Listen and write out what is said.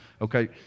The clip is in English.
Okay